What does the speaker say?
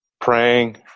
praying